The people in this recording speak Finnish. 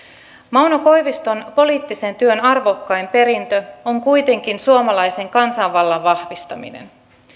mauno koiviston poliittisen työn arvokkain perintö on kuitenkin suomalaisen kansanvallan vahvistaminen